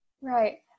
right